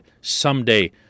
someday